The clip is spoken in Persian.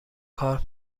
کار